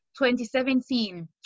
2017